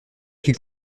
qu’il